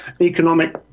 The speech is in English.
economic